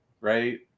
right